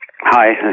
Hi